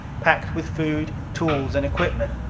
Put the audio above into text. packed with food, tools, and equipment.